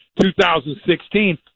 2016